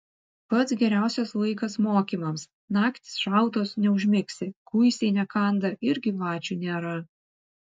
pats geriausias laikas mokymams naktys šaltos neužmigsi kuisiai nekanda ir gyvačių nėra